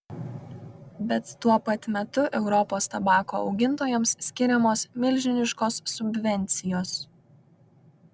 bet tuo pat metu europos tabako augintojams skiriamos milžiniškos subvencijos